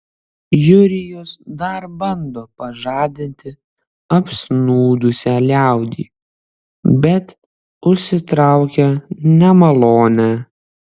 jurijus dar bando pažadinti apsnūdusią liaudį bet užsitraukia nemalonę